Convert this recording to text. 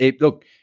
Look